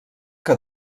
que